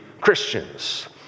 Christians